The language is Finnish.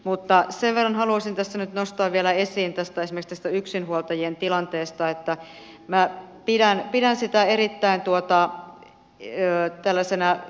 mutta sen verran haluaisin tässä nyt nostaa vielä esiin esimerkiksi tästä yksinhuoltajien tilanteesta että minä pidän erittäin tuota tie välisenä